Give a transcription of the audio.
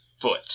foot